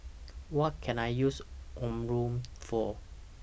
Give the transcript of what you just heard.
What Can I use Omron For